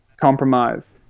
compromise